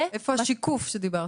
איפה השיקוף שדיברת?